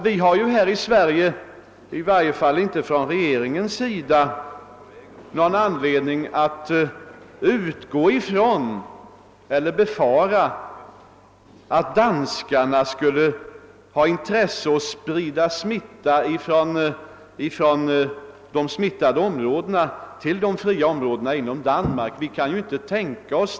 Vi har i Sverige, i varje fall från regeringens sida, inte någon anledning att befara att danskarna skulle ha intresse av att prida päronpesten från de smittade områdena till de fria områdena inom Danmark — det kan vi inte tänka oss.